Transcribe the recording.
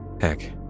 Heck